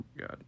God